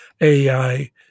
AI